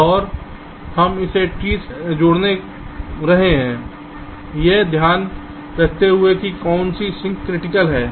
और हम इसे ट्री में नोड जोड़ने के रहे हैं यह ध्यान में रखते हुए कि कौन सी सिंक क्रिटिकल है